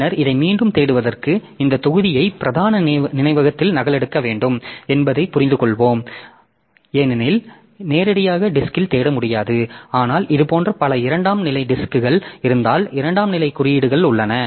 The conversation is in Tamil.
பின்னர் இதை மீண்டும் தேடுவதற்கு இந்தத் தொகுதியை பிரதான நினைவகத்தில் நகலெடுக்க வேண்டும் என்பதை புரிந்து கொள்ளலாம் ஏனெனில் நேரடியாக டிஸ்க்ல் தேட முடியாது ஆனால் இதுபோன்ற பல இரண்டாம் நிலை டிஸ்க்கள் இருந்தால் இரண்டாம் நிலை குறியீடுகள் உள்ளன